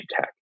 tech